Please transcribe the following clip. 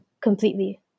completely